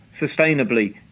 sustainably